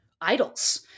idols